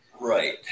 Right